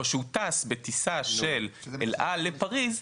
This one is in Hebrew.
או שהוא טס בטיסה של אל על לפריז,